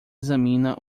examina